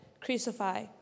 crucify